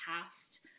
past